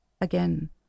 Again